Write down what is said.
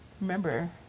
remember